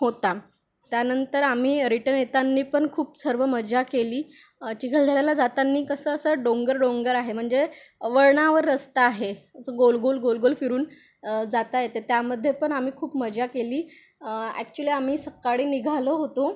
होता त्यानंतर आम्ही रिटर्न येताना पण खूप सर्व मजा केली चिखलदऱ्याला जाताना कसं असं डोंगर डोंगर आहे म्हणजे वळणावर रस्ता आहे असं गोलगोल गोलगोल फिरून जाता येते त्यामध्ये पण आम्ही खूप मजा केली ॲक्च्युली आम्ही सकाळी निघालो होतो